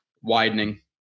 widening